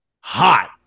hot